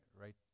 right